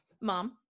mom